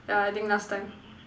ya I think last time